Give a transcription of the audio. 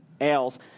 ales